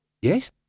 Yes